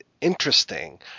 interesting